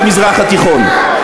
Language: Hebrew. במזרח התיכון,